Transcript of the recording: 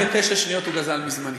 אני מבקש, 29 שניות הוא גזל מזמני.